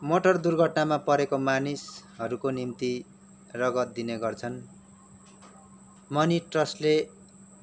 motor दुर्घटनामा परेको मानिसहरूको निम्ति रगत दिने गर्छन् मनी ट्रस्टले